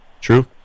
true